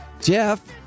jeff